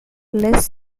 less